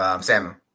Sam